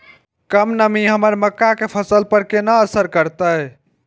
कम नमी हमर मक्का के फसल पर केना असर करतय?